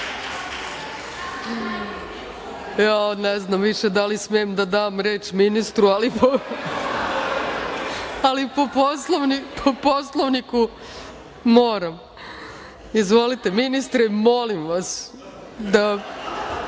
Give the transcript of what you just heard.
Ne znam više da li smem da dam reč ministru, ali po Poslovniku moram. Izvolite ministre, molim vas, da